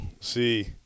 see